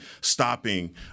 stopping